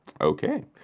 Okay